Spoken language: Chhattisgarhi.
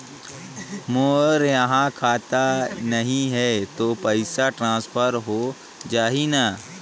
मोर इहां खाता नहीं है तो पइसा ट्रांसफर हो जाही न?